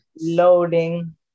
loading